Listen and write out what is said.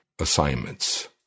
assignments